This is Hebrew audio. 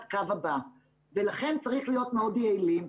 קו הבא ולכן צריך להיות מאוד יעילים.